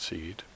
Seed